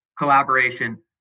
collaboration